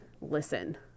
listen